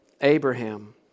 Abraham